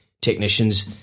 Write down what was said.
technicians